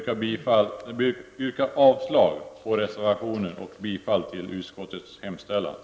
Jag yrkar avslag på reservationen och bifall till utskottets hemställan.